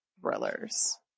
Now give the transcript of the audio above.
thrillers